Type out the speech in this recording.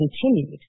continued